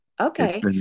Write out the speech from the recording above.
Okay